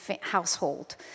household